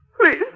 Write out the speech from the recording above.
Please